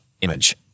Image